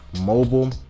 mobile